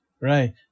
right